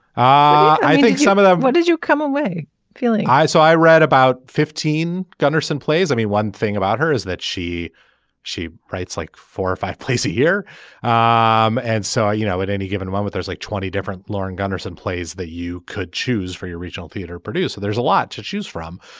i think some of them. what did you come away feeling i saw i read about fifteen gunderson plays. i mean one thing about her is that she she writes like four or five plays a year um and so you know at any given one with there's like twenty different lauren gunderson plays that you could choose for your regional theater producer so there's a lot to choose from.